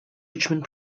richmond